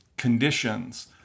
Conditions